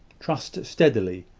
trust steadily,